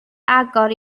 agor